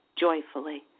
joyfully